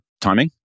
timing